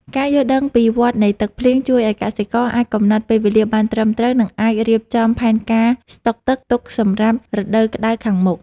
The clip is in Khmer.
ការយល់ដឹងពីវដ្តនៃទឹកភ្លៀងជួយឱ្យកសិករអាចកំណត់ពេលវេលាបានត្រឹមត្រូវ និងអាចរៀបចំផែនការស្តុកទឹកទុកសម្រាប់រដូវក្តៅខាងមុខ។